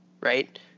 right